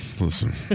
Listen